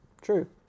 true